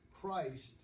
Christ